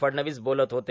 फडणवीस बोलत होते